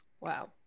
wow